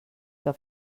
que